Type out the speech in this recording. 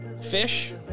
fish